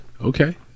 Okay